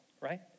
right